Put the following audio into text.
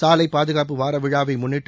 சாலை பாதுகாப்பு வாரவிழாவை முன்னிட்டு